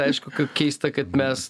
aišku kaip keista kad mes